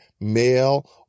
male